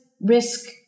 risk